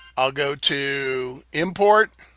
i'll go to import,